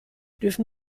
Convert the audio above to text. dürfen